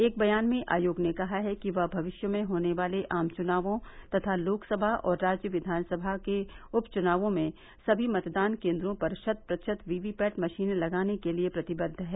एक बयान में आयोग ने कहा है कि वह भविष्य में होने वाले आम चुनावों तथा लोकसभा और राज्य विधानसभाओं के उपचुनावों में सभी मतदान केन्द्रों पर शत प्रतिशत वीवीपैट मशीनें लगाने के लिए प्रतिबद्व हैं